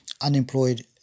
unemployed